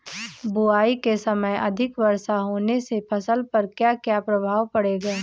बुआई के समय अधिक वर्षा होने से फसल पर क्या क्या प्रभाव पड़ेगा?